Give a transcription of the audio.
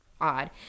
odd